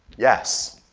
yes?